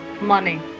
Money